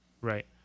right